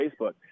Facebook